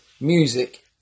music